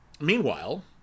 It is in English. Meanwhile